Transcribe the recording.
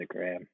Instagram